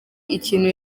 ikintu